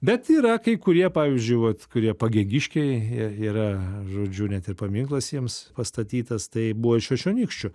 bet yra kai kurie pavyzdžiui vat kurie pagėgiškiai yra žodžiu net ir paminklas jiems pastatytas tai buvo iš šešionykščių